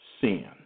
sin